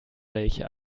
welche